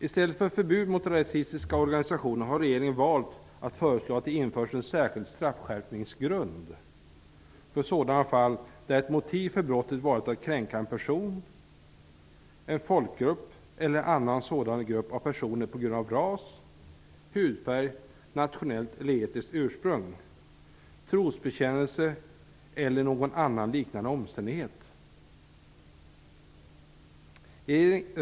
I stället för förbud mot rasistiska organisationer har regeringen valt att föreslå att det införs en särskild straffskärpningsgrund för sådana fall där ett motiv för brottet varit att kränka en person, en folkgrupp eller annan sådan grupp av personer på grund av ras, hudfärg, nationellt eller etniskt ursprung, trosbekännelse eller någon annan liknande omständighet.